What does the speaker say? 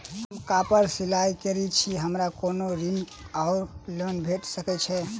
हम कापड़ सिलाई करै छीयै हमरा कोनो ऋण वा लोन भेट सकैत अछि?